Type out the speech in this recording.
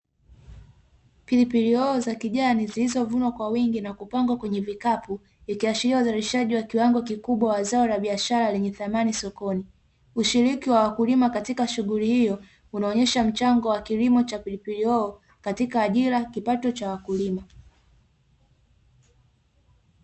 Pilipili hoho za kijani zilizovunwa kwa wingi na kupangwa kwenye vikapu, ikiashiria uzalishaji wa kiwango kikubwa wa zao la biashara, lenye thamani sokoni. Ushiriki wa wakulima katika shughuli hiyo, unaonesha mchango wa kilimo cha pilipili hoho katika ajira kipato cha wakulima.